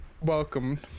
welcome